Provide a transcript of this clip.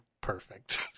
perfect